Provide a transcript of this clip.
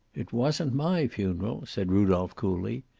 it wasn't my funeral, said rudolph coolly.